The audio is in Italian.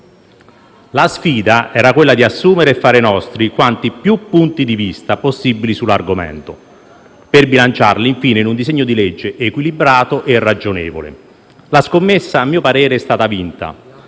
La sfida era quella di assumere e fare nostri quanti più punti di vista possibili sull'argomento per bilanciarli, infine, in un disegno di legge equilibrato e ragionevole. La scommessa - a mio parere - è stata vinta.